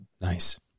nice